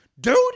dude